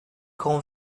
grand